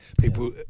people